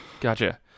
Gotcha